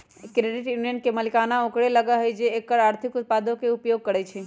credit union के मलिकाना ओकरे लग होइ छइ जे एकर आर्थिक उत्पादों के उपयोग करइ छइ